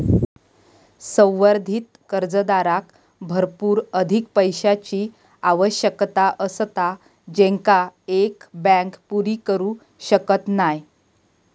संवर्धित कर्जदाराक भरपूर अधिक पैशाची आवश्यकता असता जेंका एक बँक पुरी करू शकत नाय